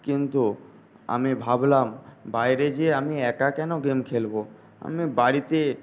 কিন্তু আমি ভাবলাম বাইরে গিয়ে আমি একা কেন গেম খেলব আমি বাড়িতে